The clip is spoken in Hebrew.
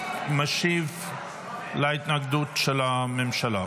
משיב על ההתנגדות של הממשלה.